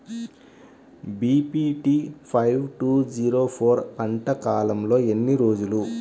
BPT five two zero four పంట కాలంలో ఎన్ని రోజులు?